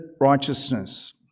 righteousness